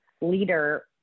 leader